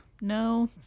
No